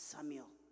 Samuel